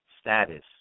status